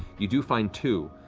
you do find two,